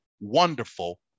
wonderful